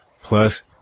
Plus